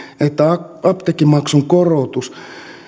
että apteekkimaksun korotus